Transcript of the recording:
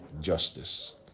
justice